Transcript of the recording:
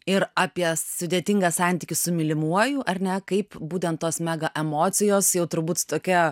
ir apie sudėtingą santykį su mylimuoju ar ne kaip būtent tos mega emocijos jau turbūt tokia